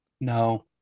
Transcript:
no